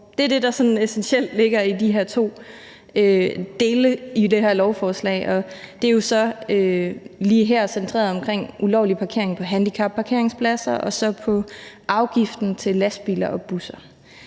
Det er det, der sådan essentielt ligger i de to dele af det her lovforslag. Og lige her er det jo så centreret omkring ulovlig parkering på handicapparkeringspladser og omkring afgiften for lastbiler og busser.